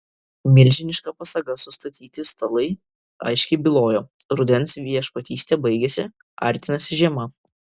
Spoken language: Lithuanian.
milžiniška pasaga sustatyti stalai aiškiai bylojo rudens viešpatystė baigiasi artinasi žiema